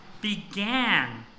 began